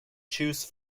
choose